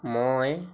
মই